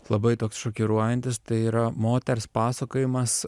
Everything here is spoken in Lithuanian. labai toks šokiruojantis tai yra moters pasakojimas